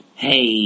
Hey